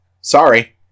sorry